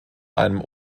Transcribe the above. einem